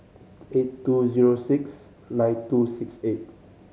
eight two zero six nine two six eight